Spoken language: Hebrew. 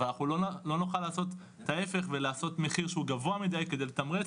אבל אנחנו לא נוכל לעשות ההיפך ולעשות מחיר שהוא גבוה מידי כדי לתמרץ,